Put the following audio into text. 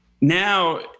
Now